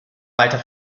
weiter